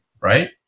right